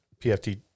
PFT